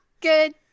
Good